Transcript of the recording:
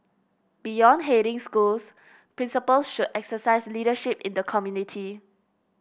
beyond heading schools principals should exercise leadership in the community